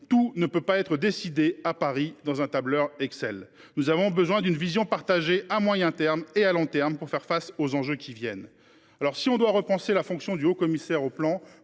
tout ne saurait être décidé à Paris un tableur Excel. Nous avons besoin d’une vision partagée, à moyen et long termes, pour faire face aux enjeux qui viennent. S’il nous faut repenser la fonction de haut commissaire au plan